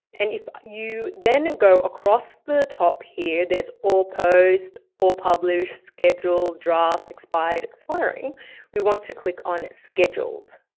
and if you then go across the top here, there's all post, all published, schedule, drafts, expired expiring we want to click on, scheduled,